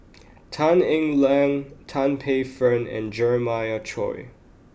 Tan Eng Liang Tan Paey Fern and Jeremiah Choy